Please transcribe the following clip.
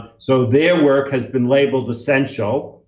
so their work has been labeled essential.